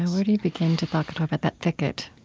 where do you begin to talk but about that thicket?